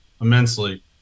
immensely